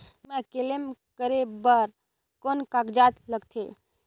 बीमा क्लेम करे बर कौन कागजात लगथे?